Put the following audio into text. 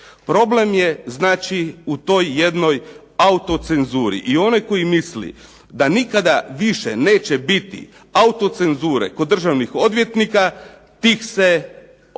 Problem je znači u toj jednoj autocenzuri i onaj koji misli da nikada više neće biti autocenzure kod državnih odvjetnika tih se ili